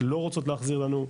לא רוצות להחזיר לנו,